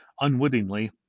Unwittingly